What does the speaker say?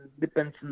depends